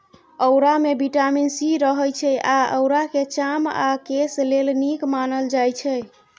औरामे vitamin C रहय छै आ औराकेँ चाम आ केस लेल नीक मानल जाइ छै